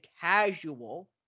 casual